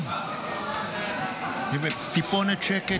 טיפונת שקט.